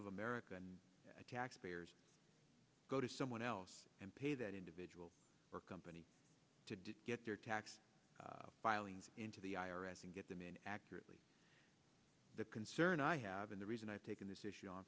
of american taxpayers go to someone else and pay that individual or company to get their tax filings into the i r s and get them in accurately the concern i have and the reason i've taken this issue on